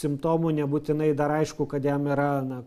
simptomų nebūtinai dar aišku kad jam yra na